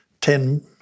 ten